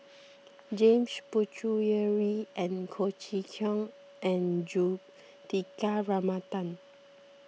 James Puthucheary and Chee Kong and Juthika Ramanathan